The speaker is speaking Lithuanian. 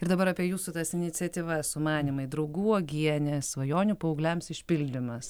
ir dabar apie jūsų iniciatyvas sumanymai draugų uogienės svajonių paaugliams išpildymas